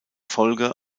folge